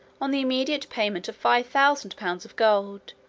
on the immediate payment of five thousand pounds of gold,